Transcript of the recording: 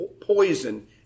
poison